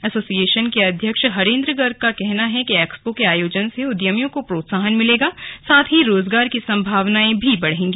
association के अध्यक्ष हरेंद्र गर्ग का कहना है कि एक्सपो के आयोजन से उद्यमियों को प्रोत्साहन मिलेगा साथ ही रोजगार की संभावनाएं भी बढ़ेंगी